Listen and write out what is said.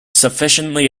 sufficiently